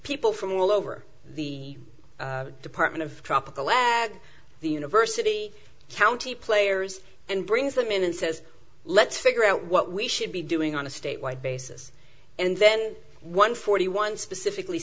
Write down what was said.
people from all over the department of tropical the university county players and brings them in and says let's figure out what we should be doing on a statewide basis and then one forty one specifically